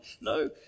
No